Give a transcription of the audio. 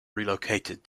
relocated